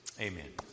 Amen